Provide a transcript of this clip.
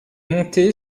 monté